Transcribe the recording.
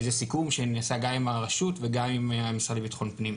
זה סיכום שנעשה גם עם הרשות וגם עם המשרד לביטחון פנים.